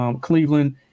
Cleveland